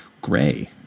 Gray